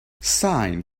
sine